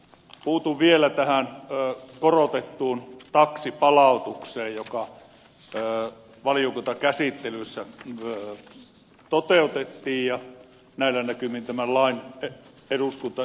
puutun vielä tähän korotettuun taksipalautukseen joka valiokuntakäsittelyssä toteutettiin ja näillä näkymin tämän lain eduskunta yksimielisesti hyväksyy